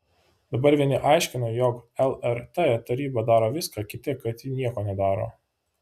dabar vieni aiškina jog lrt taryba daro viską kiti kad ji nieko nedaro